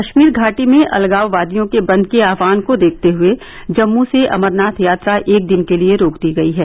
कश्मीर घाटी में अलगाववादियों के बंद के आहवान को देखते हुए जम्मू से अमरनाथ यात्रा एक दिन के लिए रोक दी गई है